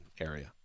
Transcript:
area